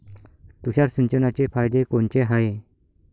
तुषार सिंचनाचे फायदे कोनचे हाये?